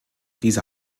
diese